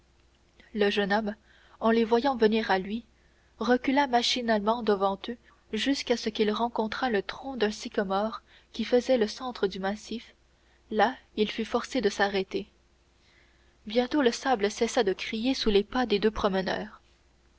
le jeune homme en les voyant venir à lui recula machinalement devant eux jusqu'à ce qu'il rencontrât le tronc d'un sycomore qui faisait le centre du massif là il fut forcé de s'arrêter bientôt le sable cessa de crier sous les pas des deux promeneurs